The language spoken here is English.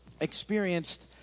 experienced